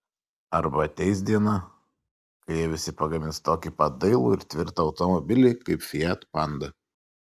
arba ateis diena kai jie visi pagamins tokį pat dailų ir tvirtą automobilį kaip fiat panda